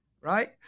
right